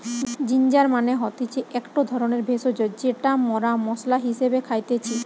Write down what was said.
ginger মানে হতিছে একটো ধরণের ভেষজ যেটা মরা মশলা হিসেবে খাইতেছি